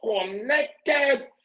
connected